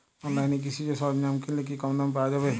অনলাইনে কৃষিজ সরজ্ঞাম কিনলে কি কমদামে পাওয়া যাবে?